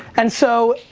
and so,